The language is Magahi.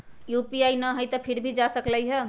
यू.पी.आई न हई फिर भी जा सकलई ह?